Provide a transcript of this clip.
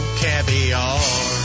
caviar